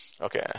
Okay